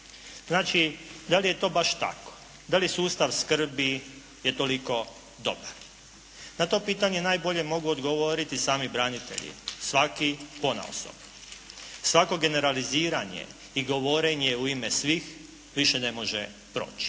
Znači, da li je to baš tako? Da li sustav skrbi ili je toliko dobar? Na to pitanje najbolje mogu odgovoriti sami branitelji svaki ponaosob. Svako generaliziranje i govorenje u ime svih više ne može proći.